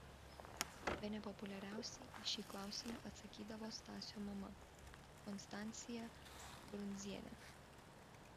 bene populiariausiai į šį klausimą atsakydavo stasio mama konstancija brundzienė